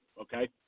okay